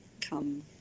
come